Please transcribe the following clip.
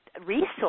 resource